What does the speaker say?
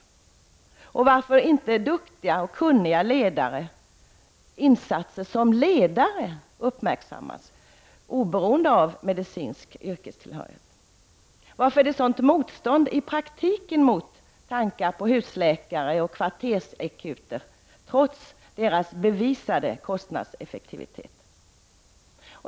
Varför uppmärksammas inte duktiga och kunniga människors insatser som ledare, oberoende av medicinsk yrkestillhörighet? Varför finns det i praktiken ett så stort motstånd mot tanken att införa husläkare och kvartersakuter, trots deras bevisade kostnadseffektivitet?